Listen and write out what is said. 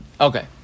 Okay